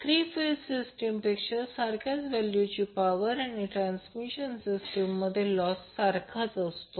three phase सिस्टीमपेक्षा सारख्याच व्हॅल्यूची पॉवर आणि ट्रान्समिशन सिस्टीममध्ये लॉस सारखाच असतो